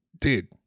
dude